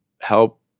help